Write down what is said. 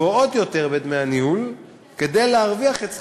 גבוהות יותר בדמי הניהול כדי להרוויח את שכרו.